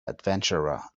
adventurer